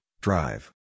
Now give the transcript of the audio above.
drive